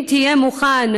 אם תהיה מוכן,